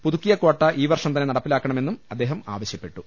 പുതുക്കിയ കാട്ട ഈ വർഷം തന്നെ നടപ്പിലാക്ക ണമെന്നും അദ്ദേഹം ആവശ്യപ്പെട്ടു